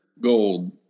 gold